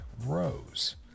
rose